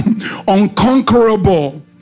unconquerable